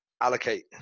allocate